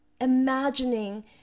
imagining